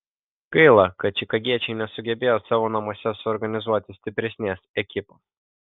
gaila kad čikagiečiai nesugebėjo savo namuose suorganizuoti stipresnės ekipos